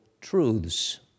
truths